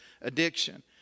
Addiction